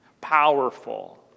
powerful